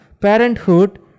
Parenthood